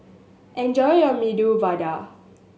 enjoy your Medu Vada